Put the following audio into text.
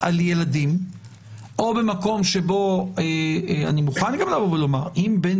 על ילדים או במקום שבו אני מוכן גם לבוא ולומר: אם בן